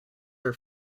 her